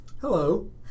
Hello